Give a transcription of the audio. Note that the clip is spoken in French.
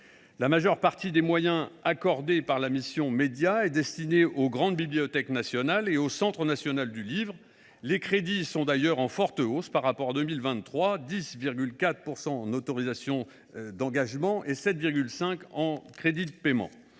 La majeure partie des moyens accordés par la mission au secteur est destinée aux grandes bibliothèques nationales et au Centre national du livre. Les crédits sont d’ailleurs en forte hausse par rapport à 2023 : +10,4 % en autorisations d’engagement et +7,5 % en crédits de paiement.